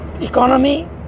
Economy